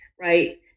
right